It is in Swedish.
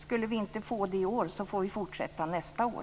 Skulle vi inte få medel i år får vi fortsätta nästa år.